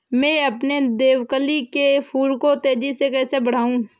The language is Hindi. मैं अपने देवकली के फूल को तेजी से कैसे बढाऊं?